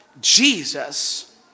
Jesus